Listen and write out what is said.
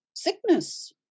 sickness